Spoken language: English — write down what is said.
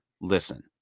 Listen